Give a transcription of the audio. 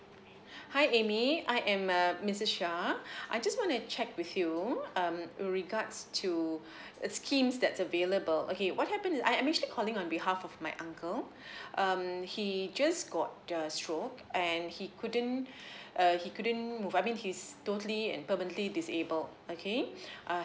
hi amy I am uh missus shah I just want to check with you um with regards to schemes that's available okay what happen I I'm actually calling on behalf of my uncle um he just got a stroke and he couldn't err he couldn't move I mean he's totally and permanently disabled okay uh